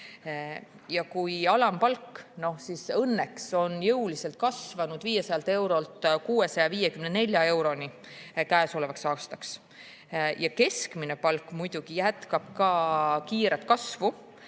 Alampalk õnneks on jõuliselt kasvanud 500 eurolt 654 euroni käesolevaks aastaks. Keskmine palk muidugi jätkab ka kiiret kasvu,